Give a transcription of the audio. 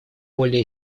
более